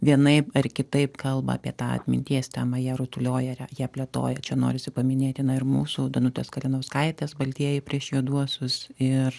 vienaip ar kitaip kalba apie tą atminties temą ją rutulioja ra ją plėtoja čia norisi paminėti na ir mūsų danutės kalinauskaitės baltieji prieš juoduosius ir